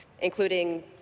including